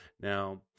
Now